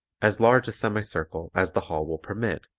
as large a semi-circle as the hall will permit,